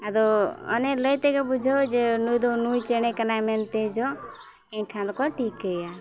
ᱟᱫᱚ ᱚᱱᱮ ᱞᱟᱹᱭ ᱛᱮᱜᱮ ᱵᱩᱡᱷᱟᱹᱣ ᱡᱮ ᱱᱩᱭᱫᱚ ᱱᱩᱭ ᱪᱮᱬᱮ ᱠᱟᱱᱟᱭ ᱢᱮᱱᱛᱮᱡᱚᱜ ᱮᱱᱠᱷᱟᱱ ᱫᱚᱠᱚ ᱴᱷᱤᱠᱟᱹᱭᱟ